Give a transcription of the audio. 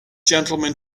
gentlemen